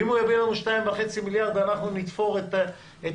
ואם הוא ייתן לנו 2.5 מיליארד ואנחנו "נתפור" את